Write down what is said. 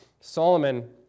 Solomon